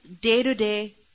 day-to-day